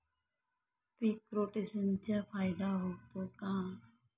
पीक रोटेशनचा फायदा होतो का?